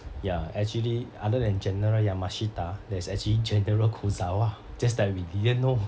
ya actually other than general yamashita there's actually general kozawa just that we didn't know